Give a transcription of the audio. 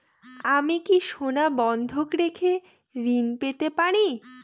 আমি কি সোনা বন্ধক রেখে ঋণ পেতে পারি?